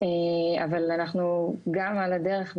אבל אנחנו גם על הדרך,